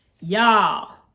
y'all